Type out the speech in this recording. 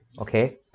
okay